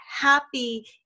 happy